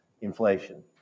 inflation